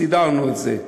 סידרנו את זה.